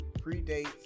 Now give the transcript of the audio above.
predates